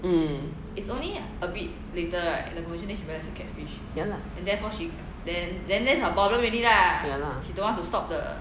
mm ya lah ya lah